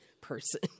person